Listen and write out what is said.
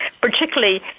particularly